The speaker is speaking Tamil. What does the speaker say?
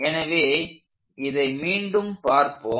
எனவே இதை மீண்டும் பார்ப்போம்